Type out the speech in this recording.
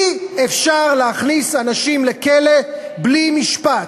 אי-אפשר להכניס אנשים לכלא בלי משפט.